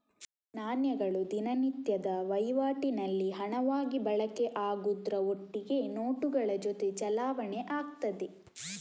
ನಾಣ್ಯಗಳು ದಿನನಿತ್ಯದ ವೈವಾಟಿನಲ್ಲಿ ಹಣವಾಗಿ ಬಳಕೆ ಆಗುದ್ರ ಒಟ್ಟಿಗೆ ನೋಟುಗಳ ಜೊತೆ ಚಲಾವಣೆ ಆಗ್ತದೆ